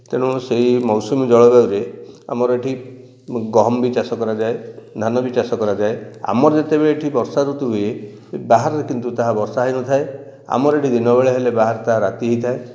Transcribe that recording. ତେଣୁ ସେହି ମୌସୁମୀ ଜଳବାୟୁରେ ଆମର ଏ'ଠି ଗହମ ବି ଚାଷ କରାଯାଏ ଧାନ ବି ଚାଷ କରାଯାଏ ଆମର ଯେତେବେଳେ ଏଠି ବର୍ଷା ଋତୁ ହୁଏ ବାହାରେ କିନ୍ତୁ ତାହା ବର୍ଷା ହୋଇ ନ ଥାଏ ଆମର ଏଠି ଦିନ ବେଳେ ହେଲେ ବାହାରେ ତାହା ରାତି ହୋଇଥାଏ